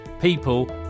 people